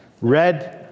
Red